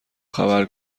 خبر